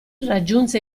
raggiunse